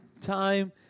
time